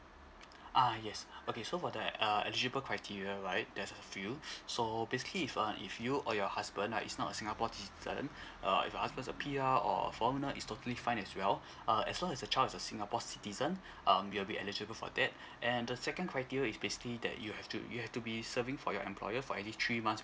ah yes okay so for the uh eligible criteria right there's a few so basically if uh if you or your husband uh is not a singapore citizen uh if your husband's a P_R or a foreigner it's totally fine as well uh as long as the child is a singapore citizen um you'll be eligible for that and the second criteria is basically that you have to you have to be serving for your employer for at least three months